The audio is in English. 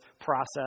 process